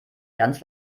ganz